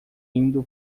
indo